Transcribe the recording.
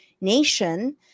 nation